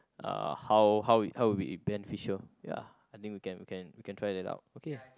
uh how how will how will it be in beneficial ya I think we can we can try it out okay